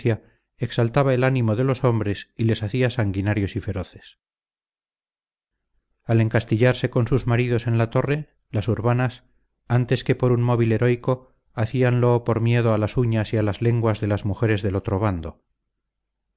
exaltaba el ánimo de los hombres y les hacía sanguinarios y feroces al encastillarse con sus maridos en la torre las urbanas antes que por un móvil heroico hacíanlo por miedo a las uñas y a las lenguas de las mujeres del otro bando